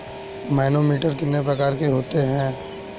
Manometer कितने प्रकार के होते हैं?